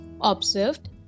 observed